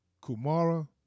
Kumara